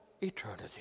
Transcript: eternity